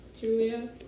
Julia